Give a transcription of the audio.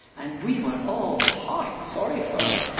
and we were all heart sorry for